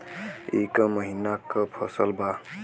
ई क महिना क फसल बा?